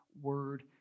Word